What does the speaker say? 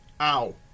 Ow